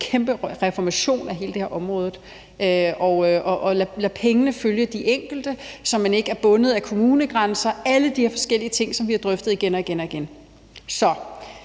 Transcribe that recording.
kæmpe reformation af hele det her område og lader pengene følge de enkelte, så man ikke er bundet af kommunegrænser. Det handler om alle de her forskellige ting, som vi har drøftet igen og igen. Der er